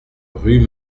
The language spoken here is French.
rue